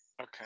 Okay